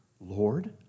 Lord